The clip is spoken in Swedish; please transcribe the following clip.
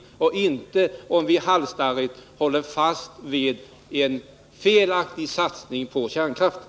Det får man inte, om vi halsstarrigt håller fast vid en felaktig satsning på kärnkraften.